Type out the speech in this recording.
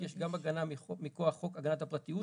כי יש גם הגנה מכוח חוק הגנת הפרטיות.